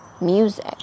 music